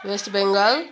West Bengal